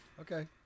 Okay